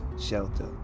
shelter